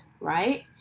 right